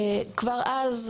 כבר אז,